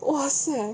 !wahseh!